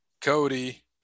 Cody